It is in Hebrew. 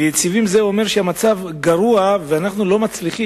"יציבים" אומר שהמצב גרוע ואנחנו לא מצליחים,